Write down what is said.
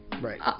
Right